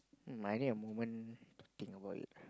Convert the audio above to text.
might need a moment to think about it